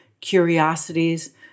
curiosities